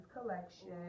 collection